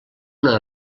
una